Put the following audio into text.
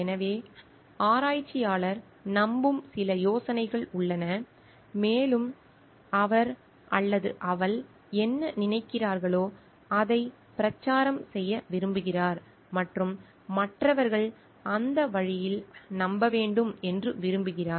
எனவே ஆராய்ச்சியாளர் நம்பும் சில யோசனைகள் உள்ளன மேலும் அவர் அல்லது அவள் என்ன நினைக்கிறார்களோ அதைப் பிரச்சாரம் செய்ய விரும்புகிறார் மற்றும் மற்றவர்கள் அந்த வழியில் நம்ப வேண்டும் என்று விரும்புகிறார்